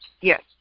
Yes